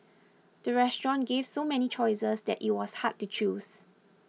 the restaurant gave so many choices that it was hard to choose